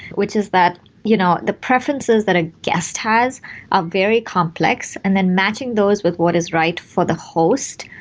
which is that you know the preferences that a guest has are very complex, and then matching those with what is right for the host,